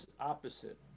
opposite